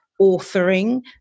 authoring